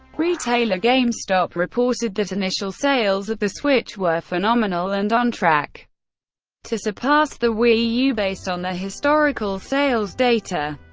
retailer gamestop reported that initial sales of the switch were phenomenal and on track to surpass the wii u based on their historical sales data,